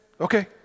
okay